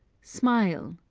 smile.